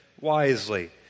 wisely